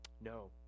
No